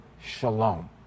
shalom